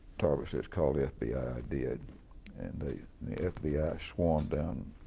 tarver says, call the fbi. i did and the fbi ah swarmed down